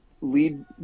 lead